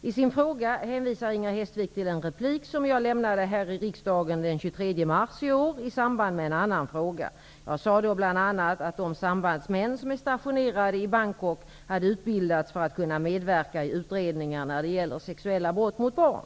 I sin fråga hänvisar Inger Hestvik till en replik som jag lämnade här i riksdagen den 23 mars i år i samband med en annan fråga. Jag sade då bl.a. att de sambandsmän som är stationerade i Bangkok hade utbildats för att kunna medverka i utredningar när det gäller sexuella brott mot barn.